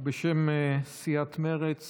בשם סיעת מרצ